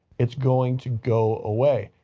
it's going to go away.